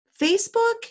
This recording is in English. Facebook